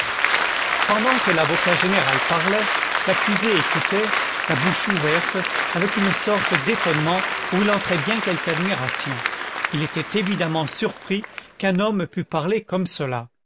pendant que l'avocat général parlait l'accusé écoutait la bouche ouverte avec une sorte d'étonnement où il entrait bien quelque admiration il était évidemment surpris qu'un homme pût parler comme cela